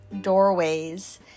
doorways